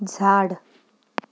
झाड